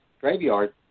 graveyard